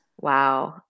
Wow